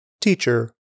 Teacher